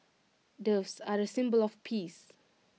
doves are A symbol of peace